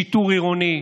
שיטור עירוני,